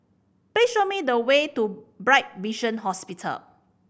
please show me the way to Bright Vision Hospital